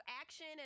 action